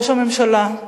ראש הממשלה,